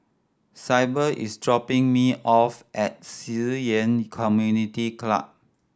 Syble is dropping me off at Ci Yan Community Club